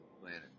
planet